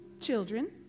Children